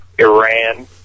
Iran